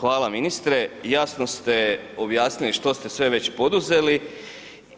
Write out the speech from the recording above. Hvala ministre, jasno ste objasnili što ste sve već poduzeli